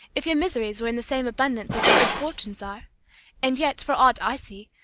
if your miseries were in the same abundance as your good fortunes are and yet, for aught i see,